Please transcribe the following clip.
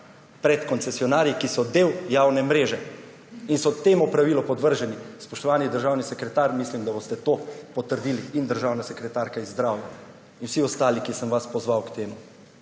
pred koncesionarji, ki so del javne mreže in so temu pravilu podvrženi. Spoštovani državni sekretar, mislim, da boste to potrdili, in državna sekretarka z ministrstva za zdravja in vsi ostali, ki sem vas pozval k temu.